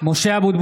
(קורא בשמות חברי הכנסת) משה אבוטבול,